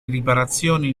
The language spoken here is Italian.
riparazioni